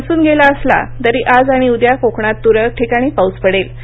monsoon गेला असला तरी आज आणि उद्या कोकणात तुरळक ठिकाणी पाऊस पडेल